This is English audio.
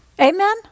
Amen